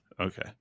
Okay